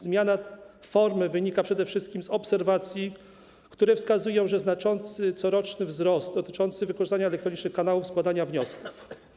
Zmiana formy wynika przede wszystkim z obserwacji, które wskazują na znaczący coroczny wzrost dotyczący wykorzystania elektronicznych kanałów składania wniosków.